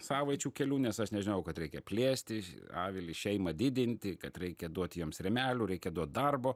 savaičių kelių nes aš nežinojau kad reikia plėsti avilį šeimą didinti kad reikia duoti jiems rėmelių reikia duoti darbo